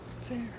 Fair